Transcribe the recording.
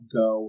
go